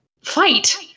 fight